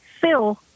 Phil